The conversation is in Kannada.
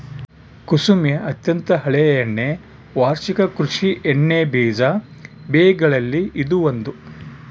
ಕುಸುಮೆ ಅತ್ಯಂತ ಹಳೆಯ ಎಣ್ಣೆ ವಾರ್ಷಿಕ ಕೃಷಿ ಎಣ್ಣೆಬೀಜ ಬೆಗಳಲ್ಲಿ ಇದು ಒಂದು